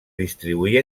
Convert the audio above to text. distribuir